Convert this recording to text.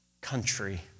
country